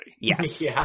Yes